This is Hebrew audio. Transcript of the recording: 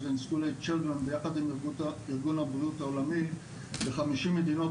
עם ארגון הבריאות העולמי ב-50 מדינות,